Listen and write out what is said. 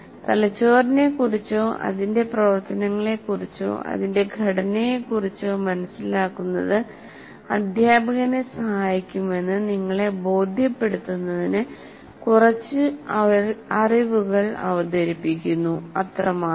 തലച്ചോറിനെക്കുറിച്ചോ അതിന്റെ പ്രവർത്തനങ്ങളെക്കുറിച്ചോ അതിന്റെ ഘടനയെക്കുറിച്ചോ മനസ്സിലാക്കുന്നത് അധ്യാപകനെ സഹായിക്കുമെന്ന് നിങ്ങളെ ബോധ്യപ്പെടുത്തുന്നതിന് കുറച്ച് അറിവുകൾ അവതരിപ്പിക്കുന്നു അത്രമാത്രം